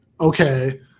okay